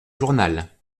journal